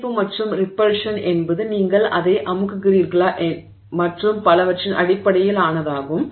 ஈர்ப்பு மற்றும் ரிப்பல்ஷன் என்பது நீங்கள் அதை அமுக்குகிறீர்களா மற்றும் பலவற்றின் அடிப்படையில் ஆனதாகும்